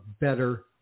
better